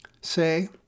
say